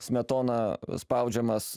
smetona spaudžiamas